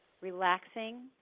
relaxing